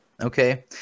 okay